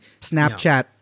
snapchat